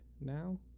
now